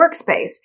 workspace